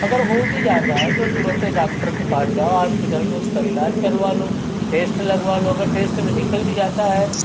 अगर हो भी जाता है तो तुरंत डॉक्टर के पास जाओ हॉस्पिटल में उसका इलाज करवा लो टेस्ट लगवा लो अगर टेस्ट में निकल भी जाता है